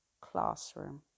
Classroom